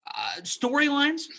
storylines